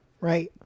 Right